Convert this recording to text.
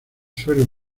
suelos